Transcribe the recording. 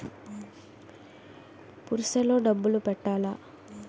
Purse లో డబ్బులు పెట్టలా?